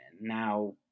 now